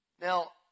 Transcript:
Now